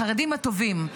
לחרדים הטובים,